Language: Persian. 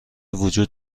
وجود